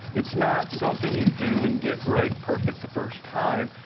it's not something you do and get right perfect the first time.